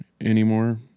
anymore